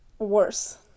Worse